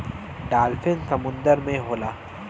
dolphin समुंदर में होला